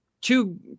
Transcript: two